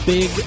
Big